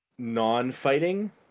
non-fighting